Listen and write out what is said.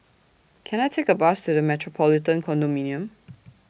Can I Take A Bus to The Metropolitan Condominium